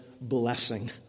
blessing